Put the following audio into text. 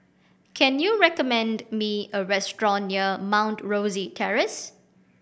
can you recommend me a restaurant near Mount Rosie Terrace